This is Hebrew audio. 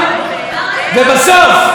ובסוף,